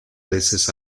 veces